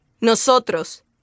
Nosotros